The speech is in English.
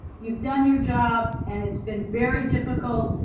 you've done your job and it's been very difficult.